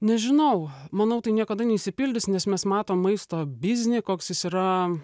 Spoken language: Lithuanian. nežinau manau tai niekada neišsipildys nes mes matom maisto biznį koks jis yra